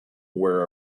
were